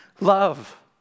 love